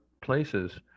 places